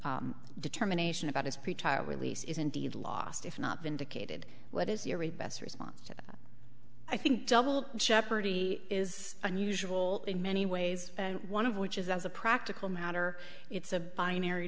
determination about his pretrial release is indeed lost if not vindicated what is your a best response to i think double jeopardy is unusual in many ways and one of which is as a practical matter it's a binary